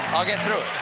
i'll get through it.